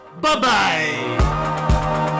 Bye-bye